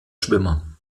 schwimmer